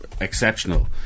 Exceptional